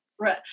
Right